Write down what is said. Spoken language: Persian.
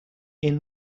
این